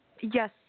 Yes